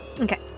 okay